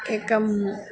एकम्